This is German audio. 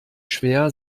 schwer